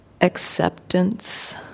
acceptance